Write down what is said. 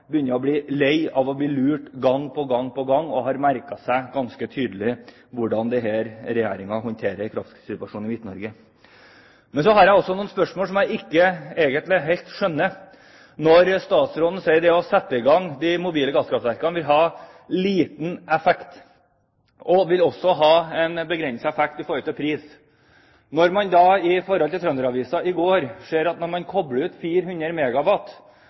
begynner å bli lei av å bli lurt gang på gang på gang, og har merket seg ganske tydelig hvordan denne regjeringen håndterer kraftsituasjonen i Midt-Norge. Men så har jeg noen spørsmål om noe som jeg ikke egentlig helt skjønner, når statsråden sier at det å sette i gang de mobile gasskraftverkene vil ha liten effekt og også begrenset effekt med hensyn til pris. I Trønder-Avisa i går står det at når man kobler ut 400